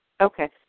Okay